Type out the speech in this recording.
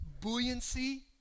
buoyancy